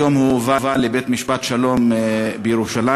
היום הוא הובא לבית-משפט השלום בירושלים,